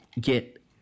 get